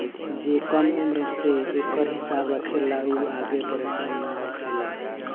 जे कम उम्र से एकर हिसाब रखेला उ आगे परेसान ना होखेला